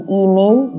email